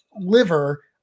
liver